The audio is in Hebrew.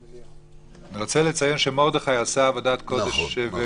אני רוצה לציין שמרדכי עשה עבודת קודש.